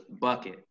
bucket